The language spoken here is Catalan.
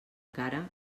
cara